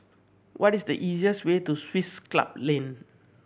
what is the easiest way to Swiss Club Lane